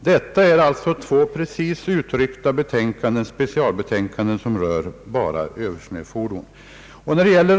Här är det alltså frågan om två utredningar som båda har brutit ut detta spörsmål för särbehandling.